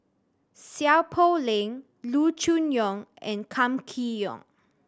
Seow Poh Leng Loo Choon Yong and Kam Kee Yong